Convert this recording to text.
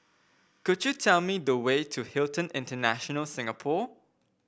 could you tell me the way to Hilton International Singapore